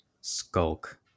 Skulk